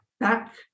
back